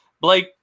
Blake